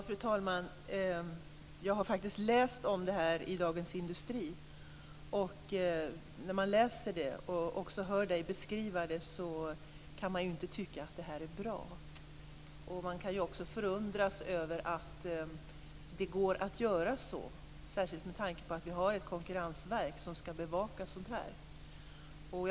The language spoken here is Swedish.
Fru talman! Jag har faktiskt läst om det här fallet i Dagens Industri. När man läser om det och även när man hör Lennart Beijer beskriva det kan man ju inte tycka att det är bra. Man kan också förundras över att det går att göra så här, särskilt med tanke på att vi har ett konkurrensverk som skall bevaka sådana här frågor.